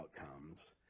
outcomes